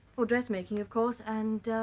oh dressmaking of course and